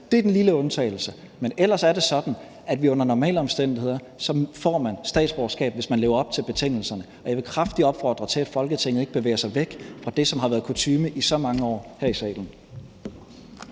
Det er den lille undtagelse, men ellers er det sådan, at under normale omstændigheder får man statsborgerskab, hvis man lever op til betingelserne, og jeg vil kraftigt opfordre til, at Folketinget ikke bevæger sig væk fra det, som har været kutyme i så mange år her i salen.